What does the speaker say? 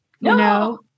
No